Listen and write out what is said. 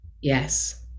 Yes